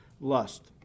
lust